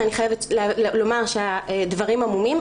ואני חייבת לומר שהדברים עמומים,